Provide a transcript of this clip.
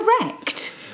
correct